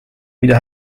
mida